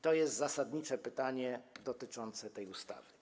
To jest zasadnicze pytanie dotyczące tej ustawy.